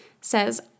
says